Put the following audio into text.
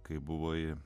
kai buvai